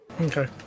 Okay